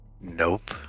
Nope